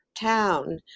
town